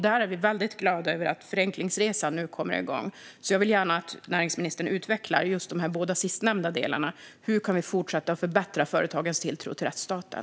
Där är vi väldigt glada att förenklingsresan nu kommer igång. Jag vill gärna att näringsministern utvecklar de båda sistnämnda delarna. Hur kan vi fortsätta att förbättra företagens tilltro till rättsstaten?